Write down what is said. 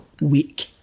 week